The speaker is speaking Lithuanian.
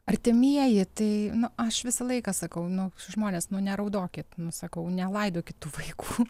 artimieji tai aš visą laiką sakau nu žmones nu neraudokit nu sakau nelaidokit tų vaikų